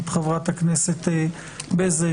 את חברת הכנסת בזק,